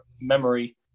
memory